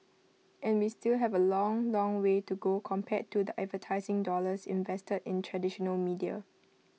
and we still have A long long way to go compared to the advertising dollars invested in traditional media